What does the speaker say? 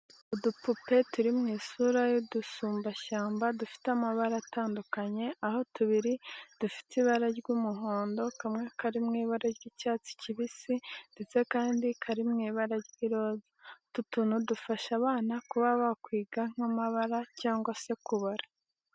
Udupupe turi mu isura y'udusumbashyamba dufite amabara atandukanye aho tubiri dufite ibara ry'umuhondo, kamwe kari mu ibara ry'icyatsi kibisi ndetse akandi kari mu ibara ry'iroza. Utu tuntu dufasha abana kuba bakwiga nk'amabara cyangwa se kubara.